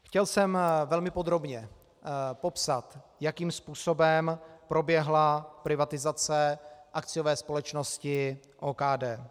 Chtěl jsem velmi podrobně popsat, jakým způsobem proběhla privatizace akciové společnosti OKD.